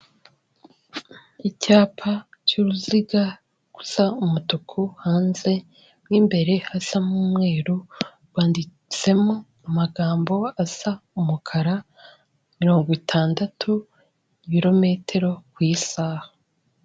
Icyapa cy'uruziga gusa umutuku hanze, mo imbere hasa n'umweru, rwanditsemo amagambo asa umukara, mirongo itandatu ibirometero ku isaha.